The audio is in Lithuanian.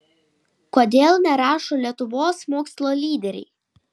kodėl nerašo lietuvos mokslo lyderiai